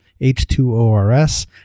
H2ORS